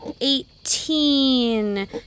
eighteen